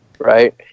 Right